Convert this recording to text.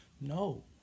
No